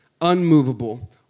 unmovable